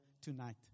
tonight